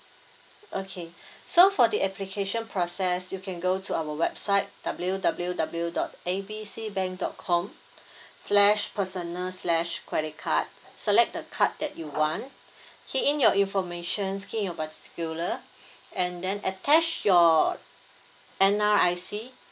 okay so for the application process you can go to our website W W W dot A B C bank dot com slash personal slash credit card select the card that you want key in your information key in your particular and then attach your N_R_I_C